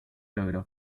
logró